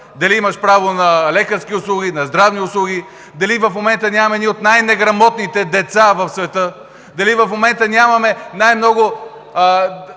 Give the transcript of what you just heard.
дали имаш право на лекарски услуги, на здравни услуги, дали в момента нямаме едни от най-неграмотните деца в света, дали в момента нямаме най-много